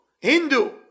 Hindu